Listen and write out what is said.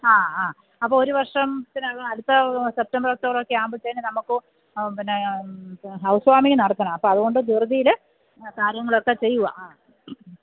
ആ ആ അപ്പോൾ ഒരു വർഷത്തിനകം അടുത്ത സെപ്റ്റംബർ ഒക്ടോബർ ആകുമ്പത്തെന് നമുക്ക് ആ പിന്നെ ഹൗസ് വാർമിങ്ങ് നടത്തണം അപ്പം അതുകൊണ്ട് ധൃതിയിൽ കാര്യങ്ങളൊക്കെ ചെയ്യുവാണ് ആ